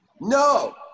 No